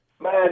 man